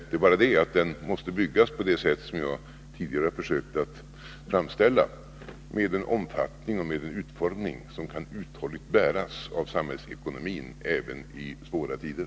Den måste dock byggas upp på det sätt som jag tidigare försökt att framställa, med en omfattning och en utformning som kan uthålligt bäras av samhällsekonomin, även i svåra tider.